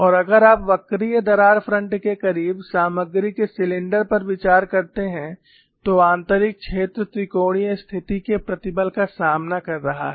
और अगर आप वक्रीय दरार फ्रंट के करीब सामग्री के सिलेंडर पर विचार करते हैं तो आंतरिक क्षेत्र त्रिकोणीय स्थिति के प्रतिबल का सामना कर रहा है